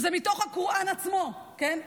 זה מתוך הקוראן עצמו, כן?